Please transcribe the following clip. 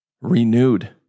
renewed